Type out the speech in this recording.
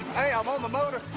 hey, i'm on the motor.